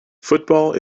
football